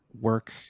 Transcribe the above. work